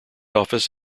office